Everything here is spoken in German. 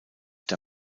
der